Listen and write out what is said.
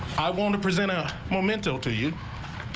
i want to present a momento to you.